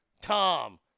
Tom